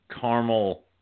caramel